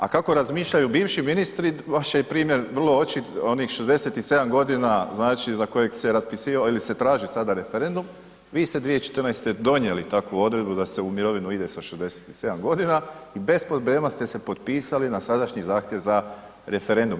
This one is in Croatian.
A kako razmišljaju bivši ministri, vaš je primjer vrlo očit, onih 67 godina znači za kojeg se raspisivao ili se traži sada referendum, vi ste 2014. donijeli takvu odredbu da se u mirovinu ide sa 67 godina i bez problema ste se potpisali na sadašnji zahtjev za referendum.